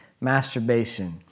masturbation